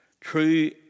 True